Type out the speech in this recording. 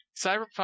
Cyberpunk